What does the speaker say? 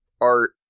art